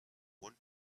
one